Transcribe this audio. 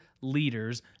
leaders